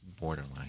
borderline